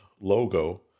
logo